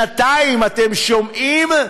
שנתיים, אתם שומעים?